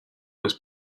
was